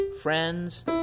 friends